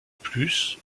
plus